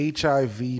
HIV